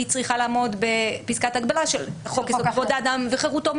היא צריכה לעמוד בפסקת הגבלה של חוק יסוד: כבוד האדם וחירותו.